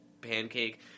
pancake